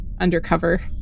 undercover